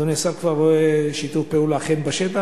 אדוני השר כבר רואה שיתוף פעולה אכן בשטח,